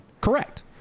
Correct